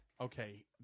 Okay